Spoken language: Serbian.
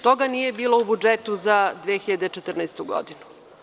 Toga nije bilo u budžetu za 2014. godinu.